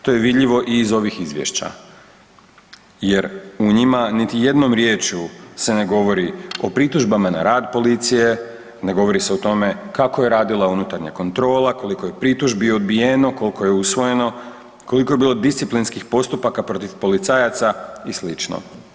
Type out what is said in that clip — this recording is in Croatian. To je vidljivo i iz ovih izvješća, jer u njima niti jednom riječju se ne govori o pritužbama na rad policije, ne govori se o tome kako je radila unutarnja kontrola, koliko je pritužbi odbijeno, kolko je usvojeno, koliko je bilo disciplinskih postupaka protiv policajaca i slično.